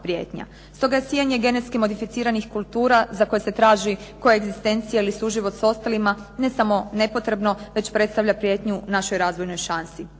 prijetnja. Stoga je sijanje genetski modificiranih kultura, za koje se traži koegzistencija ili suživot s ostalima, ne samo nepotrebno, već predstavlja prijetnju našoj razvojnoj šansi.